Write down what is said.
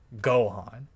Gohan